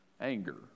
anger